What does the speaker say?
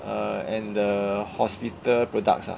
uh and the hospital products ah